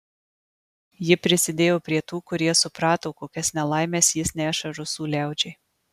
ji prisidėjo prie tų kurie suprato kokias nelaimes jis neša rusų liaudžiai